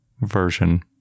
version